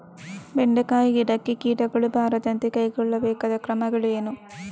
ಬೆಂಡೆಕಾಯಿ ಗಿಡಕ್ಕೆ ಕೀಟಗಳು ಬಾರದಂತೆ ಕೈಗೊಳ್ಳಬೇಕಾದ ಕ್ರಮಗಳೇನು?